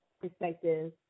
perspective